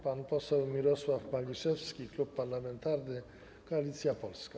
Pan poseł Mirosław Maliszewski, Klub Parlamentarny Koalicja Polska.